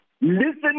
listen